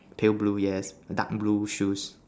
pale blue yes dark blue shoes